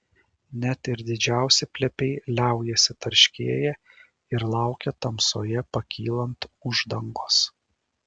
net ir didžiausi plepiai liaujasi tarškėję ir laukia tamsoje pakylant uždangos